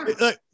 Look